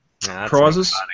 prizes